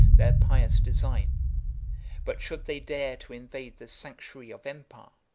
their pious design but should they dare to invade the sanctuary of empire,